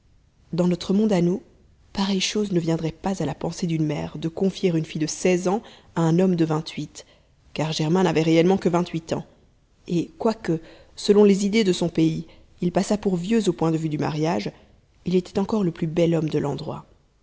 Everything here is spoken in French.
dans notre monde à nous pareille chose ne viendrait pas à la pensée d'une mère de confier une fille de seize ans à un homme de vingt-huit car germain n'avait réellement que vingthuit ans et quoique selon les idées de son pays il passât pour vieux au point de vue du mariage il était encore le plus bel homme de l'endroit